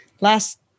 last